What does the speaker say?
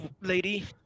lady